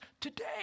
today